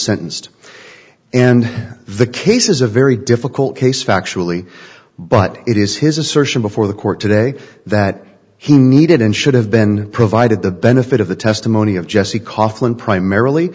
sentenced and the case is a very difficult case factually but it is his assertion before the court today that he needed and should have been provided the benefit of the testimony of jesse kaufman primarily